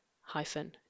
hyphen